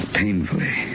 painfully